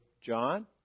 John